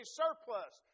surplus